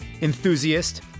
enthusiast